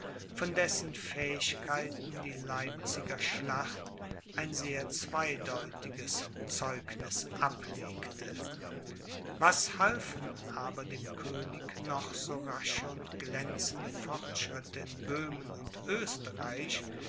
von dessen fähigkeiten die leipziger schlacht ein sehr zweideutiges zeugniß ablegte was halfen aber dem könig noch so rasche und glänzende fortschritte in böhmen und